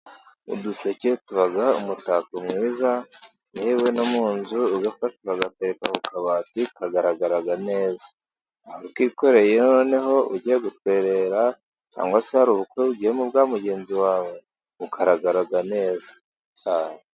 Uduseke tuba umutako mwiza, yewe no mu nzu ugafite akagatereka ku kabati kagaragara neza, ukikoreye noneho ugiye gutwerera cyangwa se hari ubukwe ugiyemo bwa mugenzi wawe, ugaragara neza cyane.